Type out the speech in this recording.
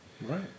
Right